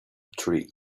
tree